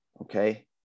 okay